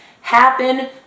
happen